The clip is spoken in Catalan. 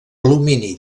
alumini